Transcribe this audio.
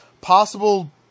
Possible